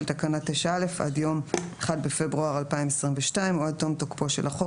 תקנה 9א עד יום 1 בפברואר 2022 או עד תום תוקפו של החוק,